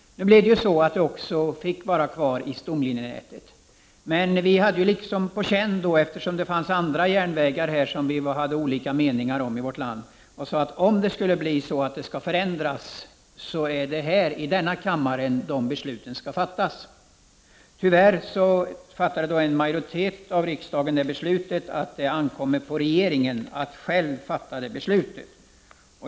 Nu blev det så att banan fick vara kvar i stomnätet. Men vi hade på känn att det skulle bli förändringar, eftersom det fanns andra järnvägar om vilka vi hade olika meningar. Vi menade att om det skulle bli förändringar är det här i denna kammare som besluten skall fattas. Tyvärr fattade en majoritet av riksdagen det beslutet att det ankommer på regeringen att själv fatta sådana beslut.